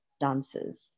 dances